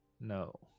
No